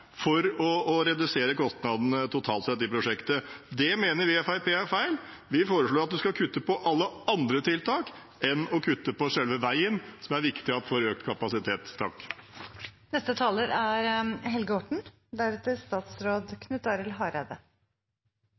for å redusere kostnadene totalt sett i prosjektet. Det mener vi i Fremskrittspartiet er feil. Vi foreslår at en skal kutte på alle andre tiltak enn å kutte på selve veien, som det er viktig at får økt kapasitet.